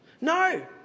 No